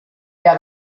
der